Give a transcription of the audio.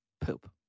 poop